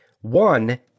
One